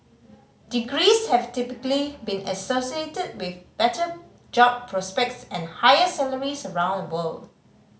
degrees have typically been associated with better job prospects and higher salaries around the world